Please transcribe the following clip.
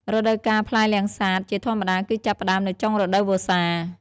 រដូវកាលផ្លែលាំងសាតជាធម្មតាគឺចាប់ផ្ដើមនៅចុងរដូវវស្សា។